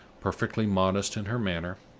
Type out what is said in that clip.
perfectly modest in her manner,